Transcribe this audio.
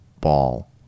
ball